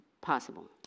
Possible